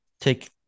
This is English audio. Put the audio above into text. take